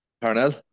Parnell